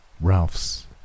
Ralph's